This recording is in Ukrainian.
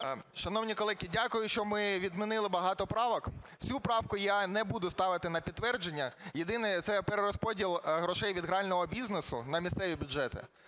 Шановні колеги, дякую, що ми відмінили багато правок. Цю правку я не буду ставити на підтвердження. Єдине, це перерозподіл грошей від грального бізнесу на місцеві бюджети,